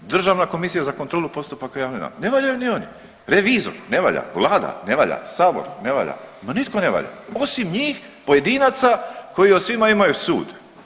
Državna komisija za kontrolu postupaka javne nabave, ne valjaju ni oni, revizor ne valja, vlada ne valja, sabor ne valja, ma nitko ne valja osim njih pojedinaca koji o svima imaju sud.